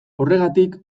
horregatik